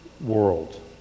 world